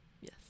yes